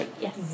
yes